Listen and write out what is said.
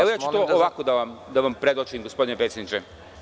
Evo ja ću to ovako da vam predočim, gospodine predsedniče.